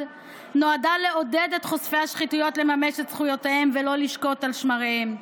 נועדה לעודד חושפי שחיתות לממש זכויותיהם ולא לשקוט על שמריהם.